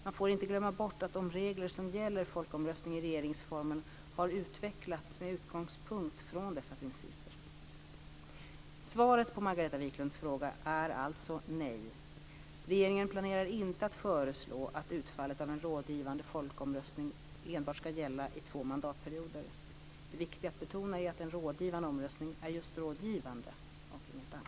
Man får inte glömma bort att de regler som gäller folkomröstning i regeringsformen har utvecklats med utgångspunkt från dessa principer. Svaret på Margareta Viklunds fråga är alltså nej. Regeringen planerar inte att föreslå att utfallet av en rådgivande folkomröstning enbart ska gälla i två mandatperioder. Det viktiga är att betona att en rådgivande omröstning är just rådgivande och inget annat.